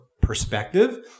perspective